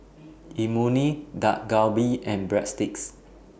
Imoni Dak Galbi and Breadsticks